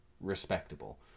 respectable